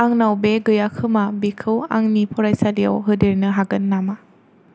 आंनाव बे गैया खोमा बेखौ आंनि फारिलाइयाव होदेरनो हागोन नामा